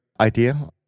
idea